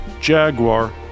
Jaguar